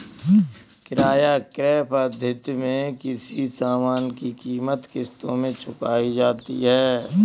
किराया क्रय पद्धति में किसी सामान की कीमत किश्तों में चुकाई जाती है